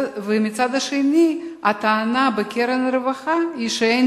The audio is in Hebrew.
ומצד שני הטענה בקרן הרווחה היא שאין